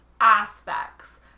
aspects